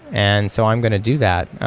and so i'm going to do that.